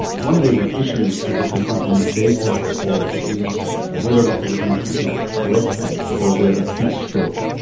one of the issues that we're confronting in today's health report is whether or not people are getting treated correctly for their acute stroke.